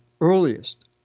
earliest